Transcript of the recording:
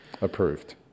Approved